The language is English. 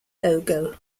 logo